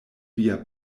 via